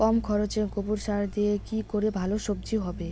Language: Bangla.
কম খরচে গোবর সার দিয়ে কি করে ভালো সবজি হবে?